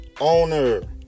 owner